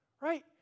Right